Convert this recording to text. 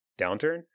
downturn